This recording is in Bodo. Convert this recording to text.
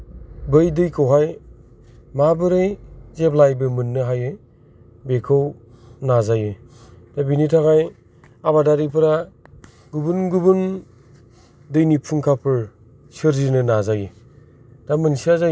बै दैखौहाय माबोरै जेब्लायबो मोननो हायो बेखौ नाजायो दा बेनि थाखाय आबादारिफोरा गुबुन गुबुन दैनि फुंखाफोर सोरजिनो नाजायो दा मोनसेया जाहैबाय